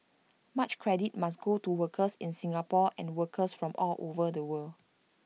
much credit must go to workers in Singapore and workers from all over the world